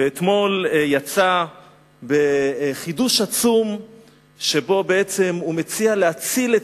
ואתמול יצא בחידוש עצום שבו הוא בעצם מציע להציל את